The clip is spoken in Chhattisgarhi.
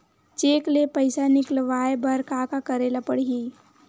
चेक ले पईसा निकलवाय बर का का करे ल पड़हि?